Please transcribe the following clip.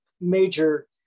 major